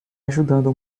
ajudando